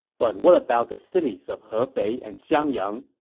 but what about the cities of hefei and xiangyang?